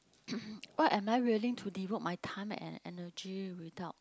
what am I willing to devote my time and energy without